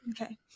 Okay